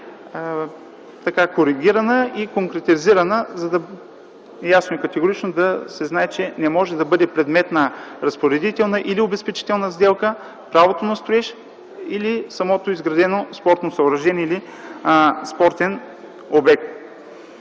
бъде коригирана и конкретизирана, за да се знае ясно и категорично, че не може да бъде предмет на разпоредителна или обезпечителна сделка правото на строеж или самото изградено спортно съоръжение или спортен обект.